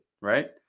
Right